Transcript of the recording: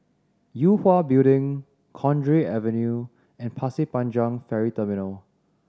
Yue Hwa Building Cowdray Avenue and Pasir Panjang Ferry Terminal